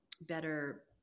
better